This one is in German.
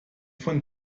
von